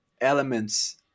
elements